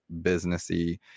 businessy